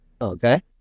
Okay